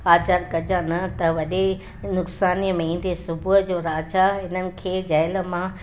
आजादु कजांइ न त वॾे नुकसानीअ में ईंदे सुबुह जो राजा इन्हनि खे जेल मां कढाए